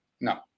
No